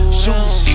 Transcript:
shoes